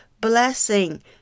blessing